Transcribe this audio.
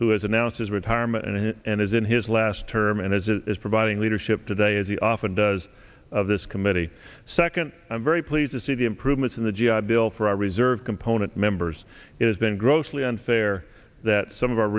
who has announced his retirement and is in his last term and as is providing leadership today as he often does of this committee second i'm very pleased to see the improvements in the g i bill for our reserve component members it has been grossly unfair that some of our